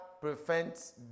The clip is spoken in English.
prevents